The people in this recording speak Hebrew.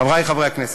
חברי חברי הכנסת,